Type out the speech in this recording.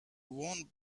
won